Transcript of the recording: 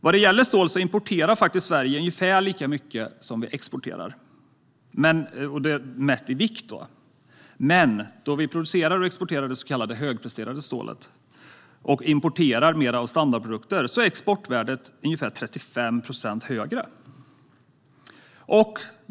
När det gäller stål importerar faktiskt vi i Sverige ungefär lika mycket som vi exporterar, mätt i vikt. Men då vi producerar och exporterar det så kallade högpresterande stålet och importerar mer av standardprodukter är exportvärdet ungefär 35 procent högre.